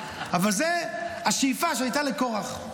אבל זאת הייתה השאיפה שהייתה לקרח.